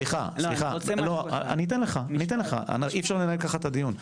סליחה, אני אתן לך, אין אפשר לנהל ככה את הדיון,